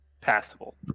passable